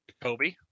Kobe